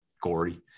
gory